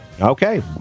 Okay